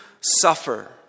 suffer